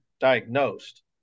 diagnosed